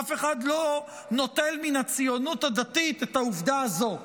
אף אחד לא נוטל מן הציונות הדתית את העובדה הזו.